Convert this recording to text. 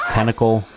Tentacle